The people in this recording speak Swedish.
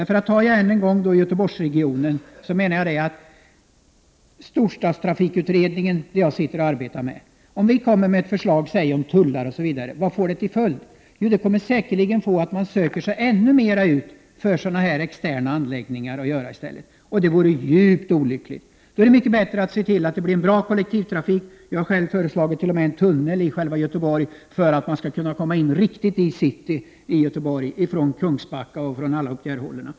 För att än en gång ta Göteborgsregionen som exempel vill jag peka på storstadstrafikutredningen, som jag sitter med i. Vilka följder skulle ett förslag från den om biltullar osv. få? Jo, det skulle säkerligen leda till att man ännu mer sökte sig ut till externa anläggningar, och det vore djupt olyckligt. Det är mycket bättre att se till att det blir en bra kollektivtrafik. Jag har själv t.o.m. föreslagit en tunnel in i Göteborg för att man skall kunna komma direkt in i city från t.ex. Kungsbacka.